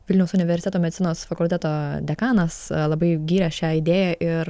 vilniaus universiteto medicinos fakulteto dekanas labai gyrė šią idėją ir